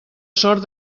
sort